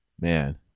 Man